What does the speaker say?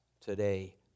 today